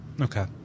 Okay